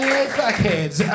Fuckheads